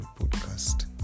Podcast